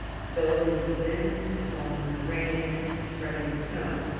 the blowing of the winds, the falling of the rain, the spreading of the snow,